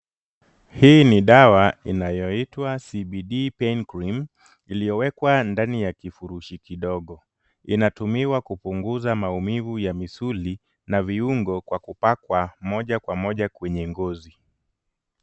Hii ni dawa inayoitwa CBD Pain Cream iliyowekwa ndani ya kifurushi kidogo. Inatumika kupunguza maumivu ya misuli na viungo kwa kupakwa moja kwa moja kwenye ngozi.